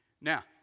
Now